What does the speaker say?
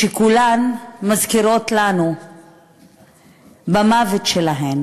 שכולן מזכירות לנו במוות שלהן